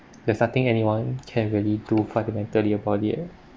theres nothing anyone can really do fundamentally about it